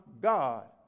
God